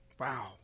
Wow